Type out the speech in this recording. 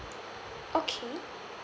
okay